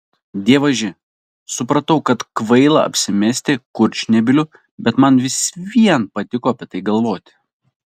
dievaži supratau kad kvaila apsimesti kurčnebyliu bet man vis vien patiko apie tai galvoti